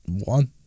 One